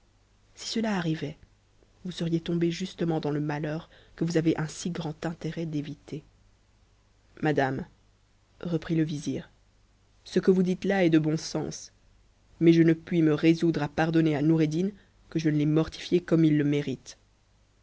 si cela arrivait vous spriex tombé justement dans le malheur que vous avez un si grand intérêt m d'éviter m madame reprit le vizir ce que vous dites là est de bon sens mais je ne puis me résoudre à pardonner à noureddin que je ne l'aie mortifié m comme il le mérite